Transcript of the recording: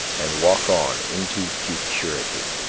and walk on into futurity.